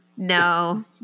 No